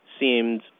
seemed